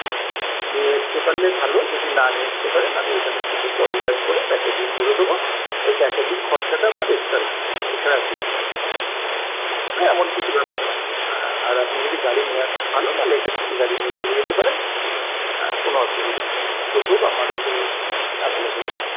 নিয়ে আসতে পারলে ভালো যদি না নিয়ে আসতে পারেন আমি এখানে থেকে পলিব্যাগ করে প্যাকেজিং করে দেবো ওই প্যাকেজিং খরচাটা আপনার এক্সট্রা লাগবে এছাড়া আর কিছু না এ এমন কিছু ব্যাপার না হ্যাঁ আর আপনি যদি গাড়ি নিয়ে আসেন ভালো আর নাহলে এখান থেকে গাড়ি নিয়ে চলে যেতে পারেন কোনো অসুবিধা নেই টোটো বা মারুতি অ্যাভেলেবেল